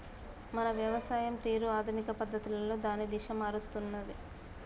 మన వ్యవసాయం తీరు ఆధునిక పద్ధతులలో దాని దిశ మారుసుకున్నాది